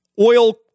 oil